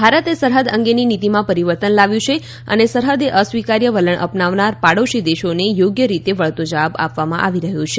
ભારતે સરહદ અંગેની નીતિમાં પરિવર્તન લાવ્યું છે અને સરહદે અસ્વીકાર્ય વલણ અપનાવનાર પાડોશી દેશોને યોગ્ય રીતે વળતો જવાબ આપવામાં આવી રહ્યો છે